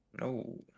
No